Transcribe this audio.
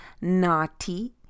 naughty